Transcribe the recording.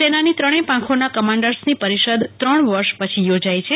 સેનાની ત્રણેય પાખોના કમાન્ડર્સની પરિષદ ત્રણ વર્ષ પછી યોજાઈ છે